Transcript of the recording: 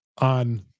on